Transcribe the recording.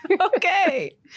okay